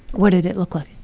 what did it look like?